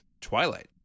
Twilight